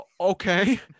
Okay